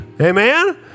Amen